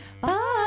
bye